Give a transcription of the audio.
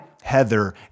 Heather